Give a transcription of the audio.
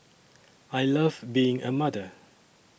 I love being a mother